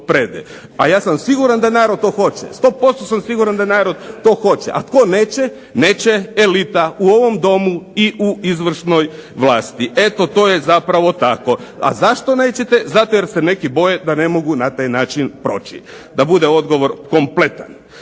Pa ja sam siguran da narod to hoće, 100% sam siguran da narod to hoće. A tko neće? Neće elita u ovom domu i u izvršnoj vlasti. Eto to je zapravo tako. A zašto nećete? Zato jer se neki boje da ne mogu na taj način proći, da bude odgovor kompletan.